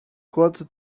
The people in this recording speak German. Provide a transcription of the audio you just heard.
kurze